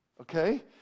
Okay